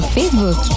Facebook